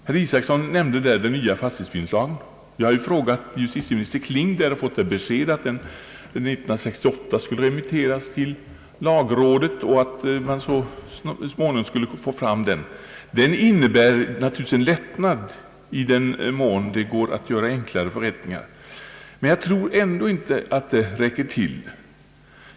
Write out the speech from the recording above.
Herr Isacson nämnde den nya fastighetsbildningslagen. Jag har frågat justitieminister Kling och fått beskedet att det förslaget 1968 skulle remitteras till lagrådet och att man så småningom skulle få fram det. Naturligtvis innebär förslaget en lättnad i den mån det går att göra enklare förrättningar, men jag tror att detta ändå inte räcker till.